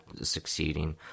succeeding